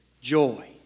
joy